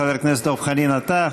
חבר הכנסת דב חנין, אתה?